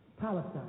Palestine